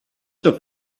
have